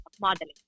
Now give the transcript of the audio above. modeling